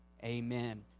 Amen